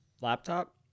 laptop